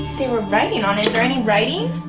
they were writing on it. is there any writing?